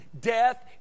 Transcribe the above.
death